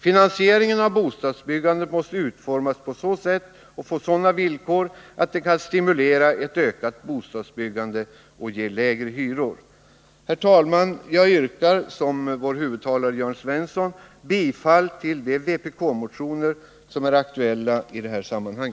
Finansieringen av bostadsbyggandet måste utformas på så sätt och få sådana villkor att det kan stimulera ett ökat bostadsbyggande och ge lägre hyror. Herr talman! Jag yrkar, liksom vår huvudtalesman Jörn Svensson, bifall till de vpk-motioner som är aktuella i detta sammanhang.